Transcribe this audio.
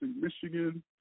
Michigan